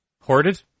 Hoarded